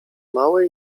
małe